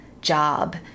job